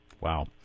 Wow